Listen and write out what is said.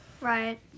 right